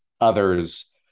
others